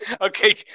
Okay